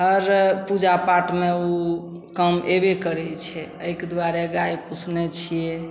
हर पूजा पाठमे ओ काम अएबे करै छै एहिके दुआरे गाइ पोसने छिए